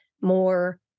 more